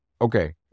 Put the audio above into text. Okay